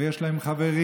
בגלל שיש להם חברים,